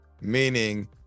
Meaning